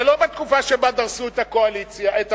ולא בתקופה שבה דרסו את האופוזיציה,